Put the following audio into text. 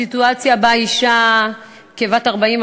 הסיטואציה שבה אישה כבת 40,